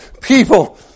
people